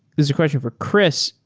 is a question for chris.